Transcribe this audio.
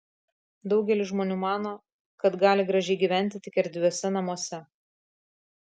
daugelis žmonių mano kad gali gražiai gyventi tik erdviuose namuose